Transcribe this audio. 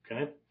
okay